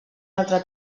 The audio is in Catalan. altre